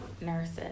nurses